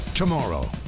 tomorrow